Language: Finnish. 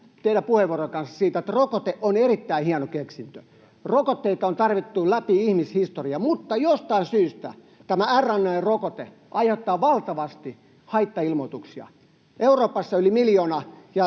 teidän puheenvuoronne kanssa siitä, että rokote on erittäin hieno keksintö. Rokotteita on tarvittu läpi ihmishistorian, mutta jostain syystä tämä RNA-rokote aiheuttaa valtavasti haittailmoituksia. Euroopassa yli miljoona ja